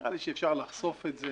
נראה לי שאפשר לחשוף את זה,